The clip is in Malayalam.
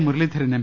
മുരളീധരൻ എം